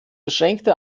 beschränkte